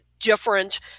different